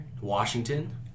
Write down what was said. Washington